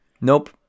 Nope